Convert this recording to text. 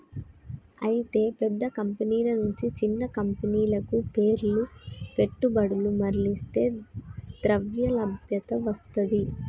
అయితే పెద్ద కంపెనీల నుంచి చిన్న కంపెనీలకు పేర్ల పెట్టుబడులు మర్లిస్తే ద్రవ్యలభ్యత వస్తది